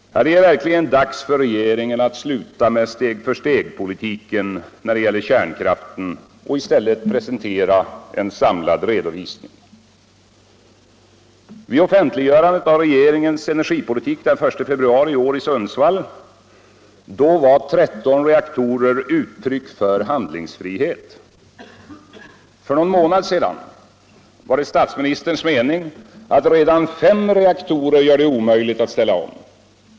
Det är verkligen dags för regeringen att sluta med steg-för-steg-politiken när det gäller kärnkraften och i stället presentera en samlad redovisning. Vid offentliggörandet av regeringens energipolitik den 1 februari i år i Sundsvall var 13 reaktorer uttryck för handlingsfrihet. För någon månad sedan var det statsministerns mening att redan 5 reaktorer gör det omöjligt att ställa om.